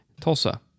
Tulsa